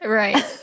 right